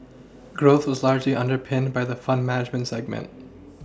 growth was largely underPinned by the fund management segment